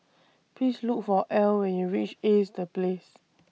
Please Look For Al when YOU REACH Ace The Place